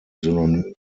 synonym